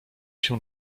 się